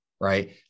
right